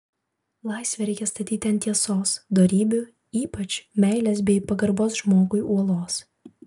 laisvę reikia statyti ant tiesos dorybių ypač meilės bei pagarbos žmogui uolos